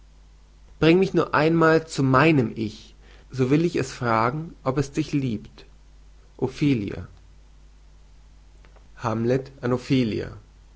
bring mich nur einmal zu meinem ich so will ich es fragen ob es dich liebt ophelia hamlet